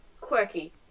quirky